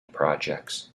projects